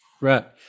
Right